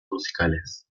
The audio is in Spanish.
musicales